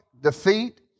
defeat